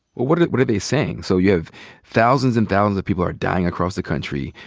well, what are what are they saying? so you have thousands and thousands of people are dying across the country.